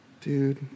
Dude